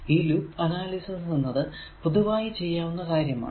ഈ loop analysis എന്നത് പൊതുവായി ചെയ്യാവുന്ന കാര്യമാണ്